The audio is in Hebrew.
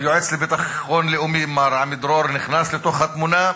היועץ לביטחון לאומי, מר עמידרור, נכנס לתמונה,